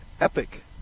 Epic